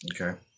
Okay